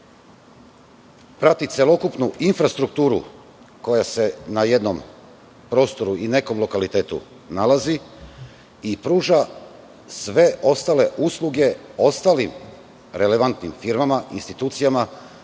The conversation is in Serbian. prati celokupnu infrastrukturu koja se na jednom prostoru i nekom lokalitetu nalazi i pruža sve ostale usluge ostalim relevantnim firmama, institucijama